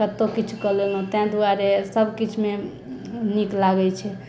कतहुँ किछु कऽ लेलहुँ ताहि दुआरे सब किछुमे नीक लागैत छै